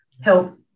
help